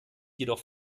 jedoch